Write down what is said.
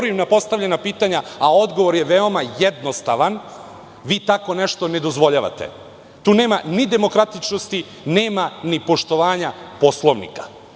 na postavljena pitanja, a odgovor je veoma jednostavan, vi tako nešto ne dozvoljavate. Tu nema ni demokratičnosti, ni poštovanja Poslovnika.